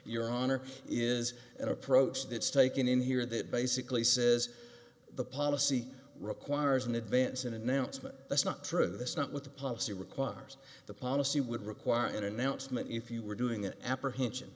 your honor is an approach that's taken in here that basically says the policy requires in advance an announcement that's not true that's not what the policy requires the policy would require an announcement if you were doing an apprehension